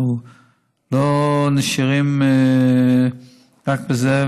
אנחנו לא נשארים רק בזה,